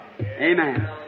Amen